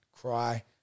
cry